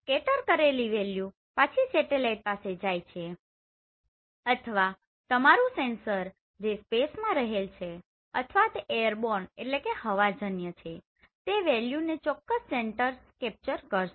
તો સ્કેટર કરેલી વેલ્યુ પાછી સેટેલાઈટ પાસે જાય છે અથવા તમારુ સેન્સર જે સ્પેસ માં રહેલ છે અથવા તે એરબોર્નAirborneહવાજન્ય છે તે વેલ્યુ ને ચોક્કસ સેન્સર કેપ્ચર કરશે